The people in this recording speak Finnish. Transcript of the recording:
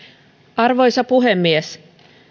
arvoisa puhemies